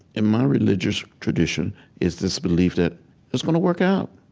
in my religious tradition is this belief that it's going to work out.